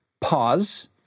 pause